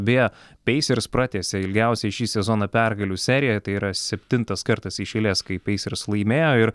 beje peisers pratęsė ilgiausią šį sezoną pergalių seriją tai yra septintas kartas iš eilės kai peisers laimėjo ir